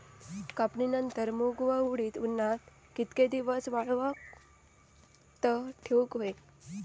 कापणीनंतर मूग व उडीद उन्हात कितके दिवस वाळवत ठेवूक व्हये?